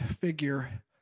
figure